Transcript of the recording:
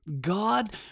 God